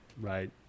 right